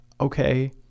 Okay